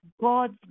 God's